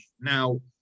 Now